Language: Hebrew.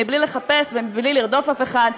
בלי לחפש ובלי לרדוף אף אחד,